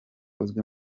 uzwi